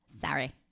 Sorry